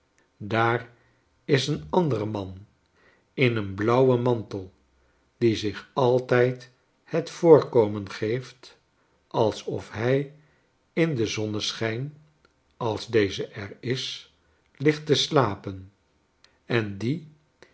daar is een andere man in een blauwen mantel die zich altijd het voorkomen geeft alsof hij in den zonneschijn als dezen er is ligtte slapen en die